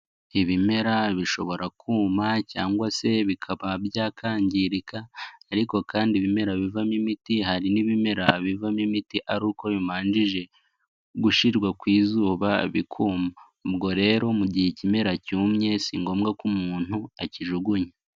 Ibimera bishobora kuma cyangwa se bikaba byakangirika ariko kandi ibimera bivamo imiti hari n'ibimera bivamo imiti ari uko bimanjije gushyirwa ku izuba bikuma, ubwo rero mu gihe ikimera cyumye si ngombwa ko umuntu akijugunya.